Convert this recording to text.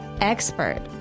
expert